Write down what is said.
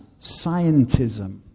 scientism